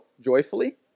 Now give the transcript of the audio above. joyfully